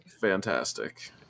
fantastic